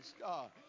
God